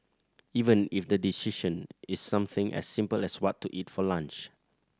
even if the decision is something as simple as what to eat for lunch